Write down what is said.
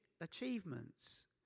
achievements